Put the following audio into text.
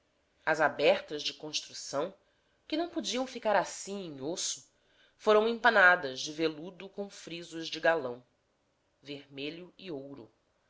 as abertas de construção que não podiam ficar assim em osso foram empanadas de veludo com frisos de galão vermelho e ouro